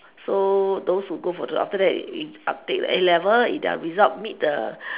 so those who go for the after that they take A-level if their results meet the